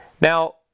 Now